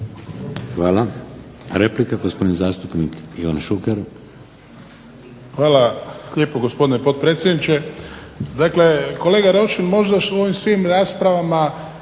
Hvala. Replika, gospodin zastupnik Ivan Šuker.